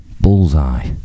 Bullseye